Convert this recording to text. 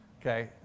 Okay